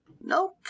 Nope